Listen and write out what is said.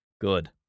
Good